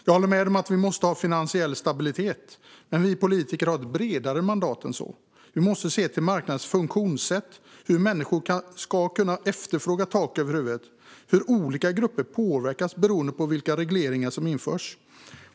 Jag håller med om att vi måste ha finansiell stabilitet, men vi politiker har ett bredare mandat än så. Vi måste se till marknadens funktionssätt, hur människor ska kunna efterfråga tak över huvudet och hur olika grupper påverkas beroende på vilka regleringar som införs.